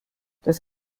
das